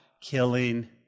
Killing